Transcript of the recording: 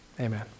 amen